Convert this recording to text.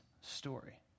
story